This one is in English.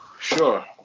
Sure